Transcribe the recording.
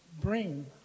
bring